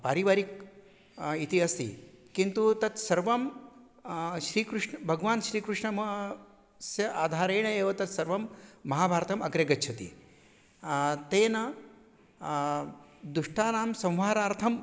पारिवारिकं इति अस्ति किन्तु तत्सर्वं श्रीकृष्णः भगवान् श्रीकृष्णः मा अस्य आधारेण एव तत् सर्वं महाभारतम् अग्रे गच्छति तेन दुष्टानां संहारार्थं